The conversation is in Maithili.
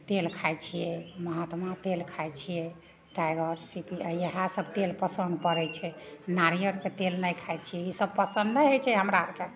तेल खाइ छियै महात्मा तेल खाइ छियै टाइगर सिटी इएह सब तेल पसन्द पड़य छै नारियलके तेल नहि खाइ छियै उसब पसन्द नहि होइ छै हमरा आरके